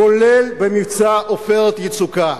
כולל במבצע "עופרת יצוקה".